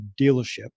dealership